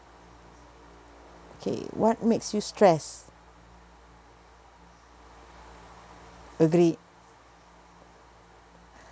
okay what makes you stressed agreed